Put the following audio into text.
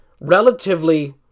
relatively